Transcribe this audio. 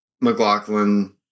McLaughlin